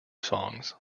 songs